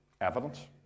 evidence